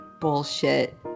Bullshit